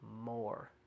More